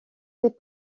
des